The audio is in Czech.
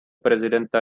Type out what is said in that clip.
prezidenta